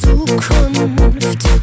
Zukunft